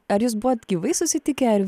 ar jūs buvot gyvai susitikę ar